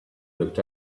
looked